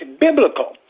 biblical